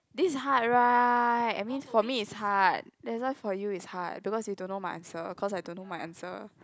this hard right I mean for me is hard that's why for you is hard because you don't know my answer of course I don't know my answer